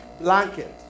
blanket